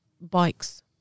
bikes